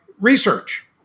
research